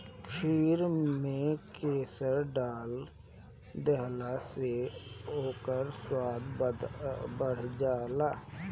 खीर में केसर डाल देहला से ओकर स्वाद बढ़ जाला